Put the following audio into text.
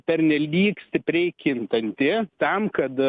pernelyg stipriai kintanti tam kad